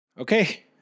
Okay